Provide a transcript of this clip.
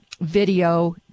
video